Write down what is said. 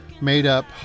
made-up